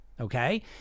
okay